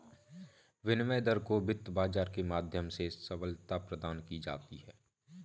विनिमय दर को वित्त बाजार के माध्यम से सबलता प्रदान की जाती है